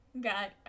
Got